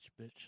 bitch